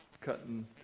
Cutting